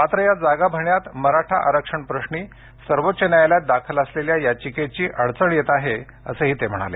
मात्र या जागा भरण्यात मराठा आरक्षण प्रश्नी सर्वोच्च न्यायालयात दाखल असलेल्या याचिकेची अडचण येत आहे असं ते म्हणाले